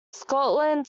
scotland